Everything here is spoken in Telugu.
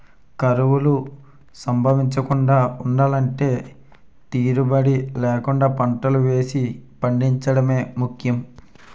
కరువులు సంభవించకుండా ఉండలంటే తీరుబడీ లేకుండా పంటలు వేసి పండించడమే ముఖ్యం